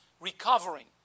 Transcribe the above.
recovering